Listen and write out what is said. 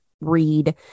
read